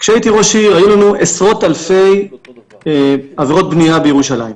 כשהייתי ראש עיר היו לנו עשרות אלפי עבירות בנייה בירושלים.